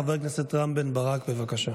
חבר הכנסת רם בן ברק, בבקשה.